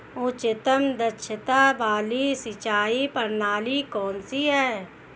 उच्चतम दक्षता वाली सिंचाई प्रणाली कौन सी है?